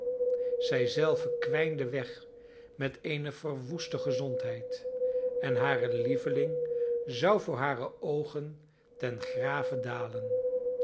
zij zelve kwijnde weg met eene verwoeste gezondheid en hare lieveling zou voor hare oogen ten grave dalen